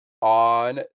on